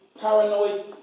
paranoid